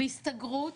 בהסתגרות,